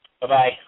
Bye-bye